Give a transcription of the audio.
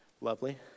Lovely